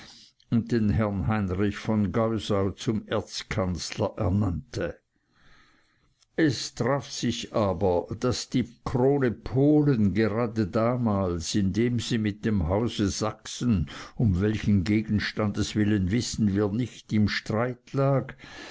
und den herrn heinrich von geusau zum erzkanzler ernannte es traf sich aber daß die krone polen grade damals indem sie mit dem hause sachsen um welchen gegenstandes willen wissen wir nicht im streit lag